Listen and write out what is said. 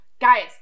guys